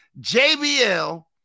JBL